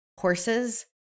horses